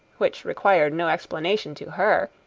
which required no explanation to her,